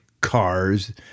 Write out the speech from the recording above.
cars